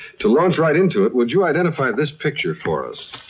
to launch right into it, would you identify this picture for us?